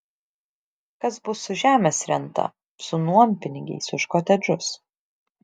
kas bus su žemės renta su nuompinigiais už kotedžus